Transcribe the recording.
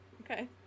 okay